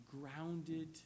grounded